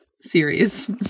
series